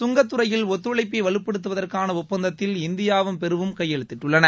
சுங்கத்துறையில் ஒத்துழழப்ளப வலப்படுத்துவதற்கான ஒப்பந்தத்தில் இந்திபாவும் பெருவும் கையெழுத்திட்டுள்ளன